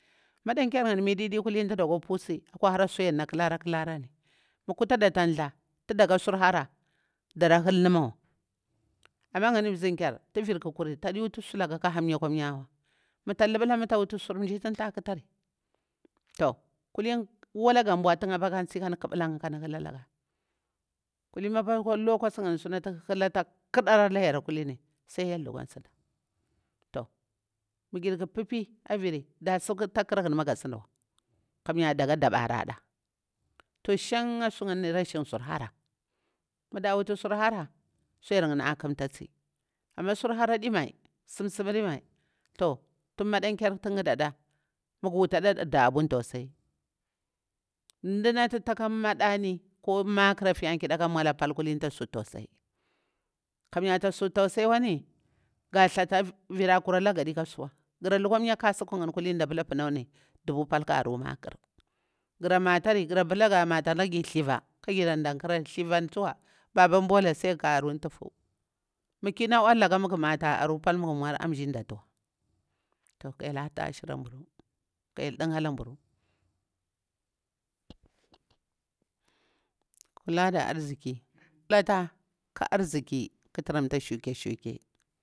Madan ƙyar ngani mididi ngam kulin ti da ƙwa pusi akwa hara suyarina kara kara ni, mah kutaɗa ata nthlah ti ɗaka sur hara dara huldi mawi. Ama ngani nban kayar ti vir ƙukuri taɗi wutu sulakah ka hamya akwa miyawa. Amah tak lubulah mah tak wutu sur nji tin tah ƙutari. Toh kulini wala ga nbwi tin apah kandi si, kaɗi ƙublar kha kaɗi hula alaga. Kulini mapah lowcost augani suvati hulah kadari lah yaru kulini sai hyel ɗugu nhasidah. Toh mah girƙu pipi a viri ati kuragun mah ga sindiwa amiya daka ɗabara dah. Toh shankha sungaini rashin sur hara mah ɗah wutur sur hara suyar ngani a ƙumtasi amah sur hara adi mai simsimri mai. Toh tin madan kyar tin ngada dah magu wutida ɗah abuu tausai. Ndah nati taka maɗani ko nmakar, ka nmulah pal kilini ta sur tausayi, kamiya ta sur tausayiwani. Vira kura laga gadika suwa. Gra kukwa miya kasulu ngani kulini panauni dubu pal kah aru makar, garah matari, grapal ga matalah gir thlivah ka girah nɗankarari, thlivan tsuwa babanbula sai guk aru ntifu. Mah kina uwallallah magu mati a aru pal magu nmuwar amji datiwa. Toh ka hyel arti ashira nburu, ka hyel ɗunha alan nbun kula da arziki, pɓata kah arziki katran ta shukeke.